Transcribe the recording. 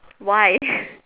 why